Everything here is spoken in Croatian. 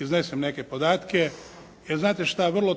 iznesem neke podatke jer znate šta vrlo